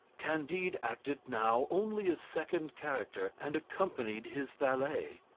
candide acted now only a second character, and accompanied his valet.